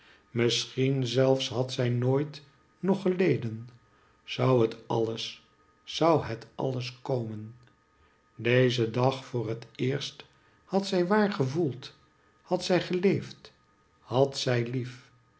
misschien zelfs had zij nooit nog geleden zou het alles zou het alles komen dezen dag voor het eerst had zij waar gevoeld had zij geleefd had zij lief